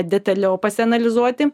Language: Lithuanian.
detaliau pasianalizuoti